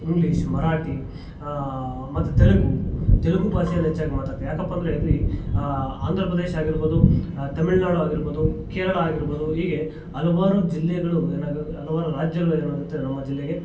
English Marathi ಮತ್ತು ತೆಲುಗು ತೆಲುಗು ಭಾಷೆಯನ್ನ ಹೆಚ್ಚಾಗಿ ಮಾತಾಡ್ತೀವಿ ಯಾಕಪ್ಪ ಅಂದರೆ ಇಲ್ಲಿ ಆಂಧ್ರ ಪ್ರದೇಶ ಆಗಿರ್ಬೋದು ತಮಿಳುನಾಡು ಆಗಿರ್ಬೋದು ಕೇರಳ ಆಗಿರ್ಬೋದು ಈಗೆ ಹಲವಾರು ಜಿಲ್ಲೆಗಳು ಏನಾಗಿದೆ ಹಲವಾರು ರಾಜ್ಯಗಳು ಏನಾಗುತ್ತೆ ನಮ್ಮ ಜಿಲ್ಲೆಗೆ